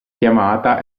chiamata